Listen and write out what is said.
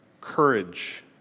courage